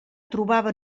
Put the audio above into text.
trobava